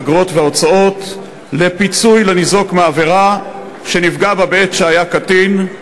אגרות והוצאות לפיצוי לניזוק מעבירה שנפגע בה בעת שהיה קטין.